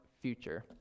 future